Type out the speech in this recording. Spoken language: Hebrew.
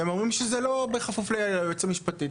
והם אומרים שזה לא בכפוף ליועצת המשפטית.